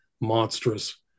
monstrous